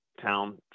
town